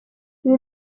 ibi